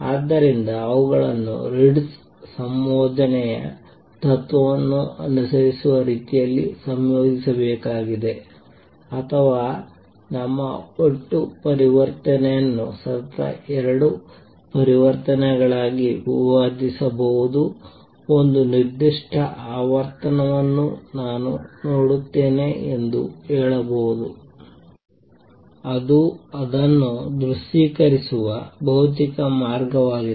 ಆದ್ದರಿಂದ ಅವುಗಳನ್ನು ರಿಟ್ಜ್ ಸಂಯೋಜನೆಯ ತತ್ವವನ್ನು ಅನುಸರಿಸುವ ರೀತಿಯಲ್ಲಿ ಸಂಯೋಜಿಸಬೇಕಾಗಿದೆ ಅಥವಾ ನಮ್ಮ ಒಟ್ಟು ಪರಿವರ್ತನೆಯನ್ನು ಸತತ ಎರಡು ಪರಿವರ್ತನೆಗಳಾಗಿ ವಿಭಜಿಸಬಹುದಾದ ಒಂದು ನಿರ್ದಿಷ್ಟ ಆವರ್ತನವನ್ನು ನಾನು ನೋಡುತ್ತೇನೆ ಎಂದು ಹೇಳಬಹುದು ಅದು ಅದನ್ನು ದೃಶ್ಯೀಕರಿಸುವ ಭೌತಿಕ ಮಾರ್ಗವಾಗಿದೆ